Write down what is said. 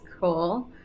cool